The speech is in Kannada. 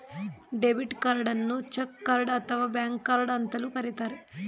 ಡೆಬಿಟ್ ಕಾರ್ಡನ್ನು ಚಕ್ ಕಾರ್ಡ್ ಅಥವಾ ಬ್ಯಾಂಕ್ ಕಾರ್ಡ್ ಅಂತಲೂ ಕರಿತರೆ